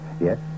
Yes